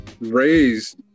raised